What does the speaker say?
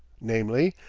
namely,